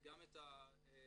גם את התכנים,